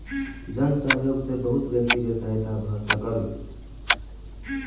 जन सहयोग सॅ बहुत व्यक्ति के सहायता भ सकल